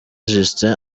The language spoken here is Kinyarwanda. justin